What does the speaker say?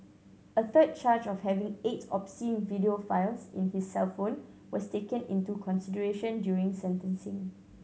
a third charge of having eight obscene video files in his cellphone was taken into consideration during sentencing